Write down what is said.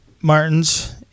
martins